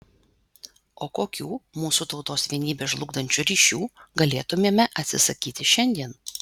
o kokių mūsų tautos vienybę žlugdančių ryšių galėtumėme atsisakyti šiandien